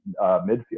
midfield